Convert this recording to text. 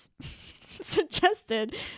suggested